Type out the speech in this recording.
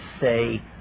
say